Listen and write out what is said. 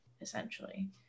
essentially